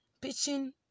pitching